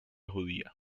judía